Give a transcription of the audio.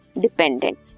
dependent